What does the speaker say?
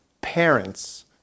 parents